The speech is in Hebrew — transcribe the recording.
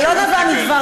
זה לא נבע מדברי,